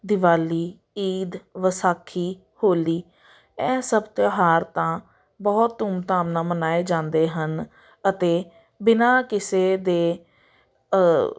ਦਿਵਾਲੀ ਈਦ ਵਿਸਾਖੀ ਹੋਲੀ ਇਹ ਸਭ ਤਿਉਹਾਰ ਤਾਂ ਬਹੁਤ ਧੂਮਧਾਮ ਨਾਲ ਮਨਾਏ ਜਾਂਦੇ ਹਨ ਅਤੇ ਬਿਨਾਂ ਕਿਸੇ ਦੇ